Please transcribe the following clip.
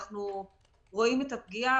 אנחנו רואים את הפגיעה,